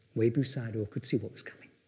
webu sayadaw could see what was coming.